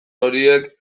horiek